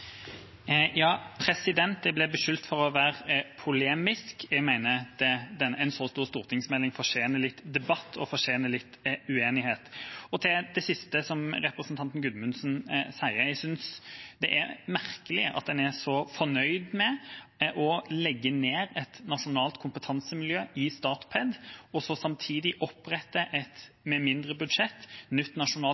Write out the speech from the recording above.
Jeg ble beskyldt for å være polemisk. Jeg mener en så stor stortingsmelding fortjener litt debatt og fortjener litt uenighet. Til det siste som representanten Gudmundsen sier: Jeg synes det er merkelig at en er så fornøyd med å legge ned et nasjonalt kompetansemiljø i Statped, og så samtidig opprette – med mindre budsjett – et nytt nasjonalt